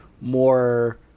more